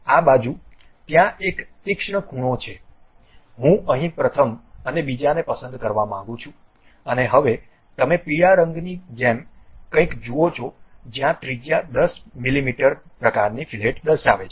આ બાજુ ત્યાં એક તીક્ષ્ણ ખૂણો છે હું અહીં પ્રથમ અને બીજાને પસંદ કરવા માંગું છું અને હવે તમે પીળા રંગની જેમ કંઈક જુઓ છો જ્યાં ત્રિજ્યા 10 મીમી પ્રકારની ફીલેટ દર્શાવે છે